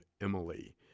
Emily